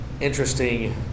interesting